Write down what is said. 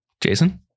Jason